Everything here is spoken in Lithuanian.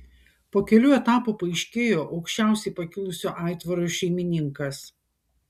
po kelių etapų paaiškėjo aukščiausiai pakilusio aitvaro šeimininkas